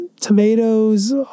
Tomatoes